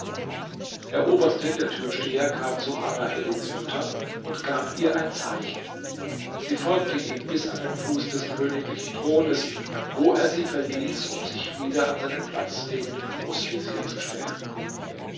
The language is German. der oberste der türsteher kam zu alaeddins mutter und gab ihr ein zeichen sie folgte ihm bis an den fuß des königlichen thrones wo er sie verließ um sich wieder an seinen platz neben dem großvezier zu stellen